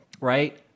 right